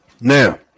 now